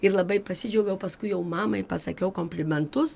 ir labai pasidžiaugiau paskui jau mamai pasakiau komplimentus